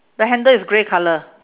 the handle is grey colour